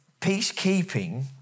peacekeeping